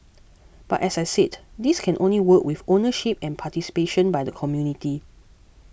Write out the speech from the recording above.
but as I said this can only work with ownership and participation by the community